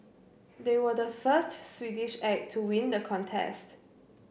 they were the first Swedish act to win the contest